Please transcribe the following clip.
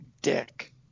dick